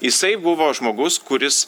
jisai buvo žmogus kuris